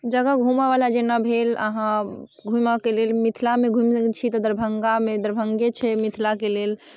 जगह घुमऽवला जेना भेल अहाँ घुमऽके लेल मिथिलामे घुमि रहल छी तऽ दरभङ्गामे दरभङ्गे छै मिथिलाके लेल